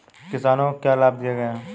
किसानों को क्या लाभ दिए गए हैं?